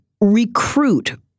recruit